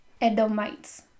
Edomites